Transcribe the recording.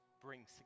bring